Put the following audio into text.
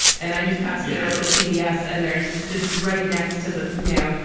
and i just passed my local c v s and there's just right next to that, you know,